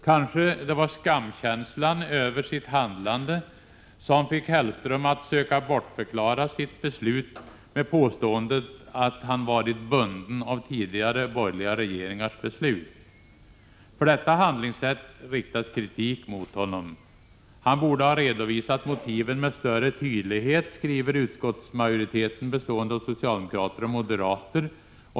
Kanske det var skamkänslan över sitt handlande som fick Hellström att söka bortförklara sitt beslut med påståendet att han varit bunden av tidigare borgerliga regeringars beslut. För detta handlingssätt riktas kritik mot honom. Han borde ha redovisat motiven med större tydlighet, skriver utskottsmajoriteten bestående av socialdemokrater och moderater.